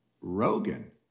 Rogan